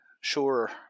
sure